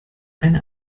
eine